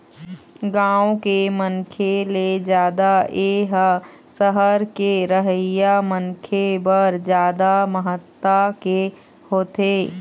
गाँव के मनखे ले जादा ए ह सहर के रहइया मनखे बर जादा महत्ता के होथे